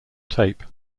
tape